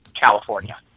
California